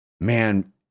man